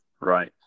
right